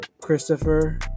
Christopher